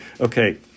Okay